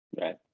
right